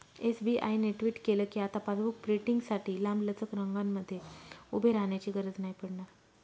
SBI ने tweet केल कीआता पासबुक प्रिंटींगसाठी लांबलचक रंगांमध्ये उभे राहण्याची गरज नाही पडणार